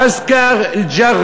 ואכּסִר אל-ג'רה